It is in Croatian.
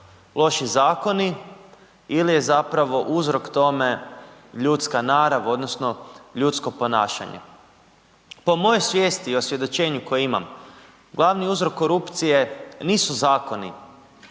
loši zakoni ili je zapravo uzrok tome ljudska narav, odnosno, ljudsko ponašanje? Po mojoj svijesti i osvjedočenju koje imam, glavni uzrok korupcije nisu zakoni,